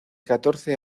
catorce